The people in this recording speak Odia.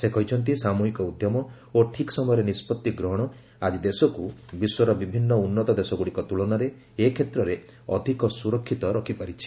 ସେ କହିଛନ୍ତି ସାମୃହିକ ଉଦ୍ୟମ ଓ ଠିକ୍ ସମୟରେ ନିଷ୍ପଭି ଗ୍ରହଣ ଆକି ଦେଶକୁ ବିଶ୍ୱର ବିଭିନ୍ନ ଉନ୍ନତ ଦେଶଗୁଡ଼ିକ ତୁଳନାରେ ଏ କ୍ଷେତ୍ରରେ ଅଧିକ ସ୍ୱରକ୍ଷିତ ରଖିପାରିଛି